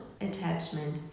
attachment